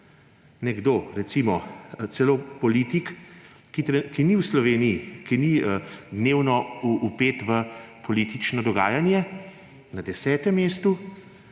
nekdo, recimo celo politik, ki ni v Sloveniji, ki ni dnevno vpet v politično dogajanje, na 10. mestu,